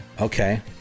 okay